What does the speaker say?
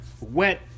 wet